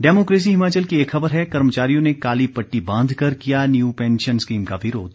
democracy Himachal की एक खबर है कर्मचारियों ने काली पट्टी बांधकर किया न्यू पेंशन स्कीम का विरोध